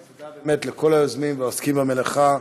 ותודה לכל היוזמים והעוסקים במלאכה.